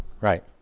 Right